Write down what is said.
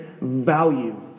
value